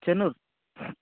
Chennur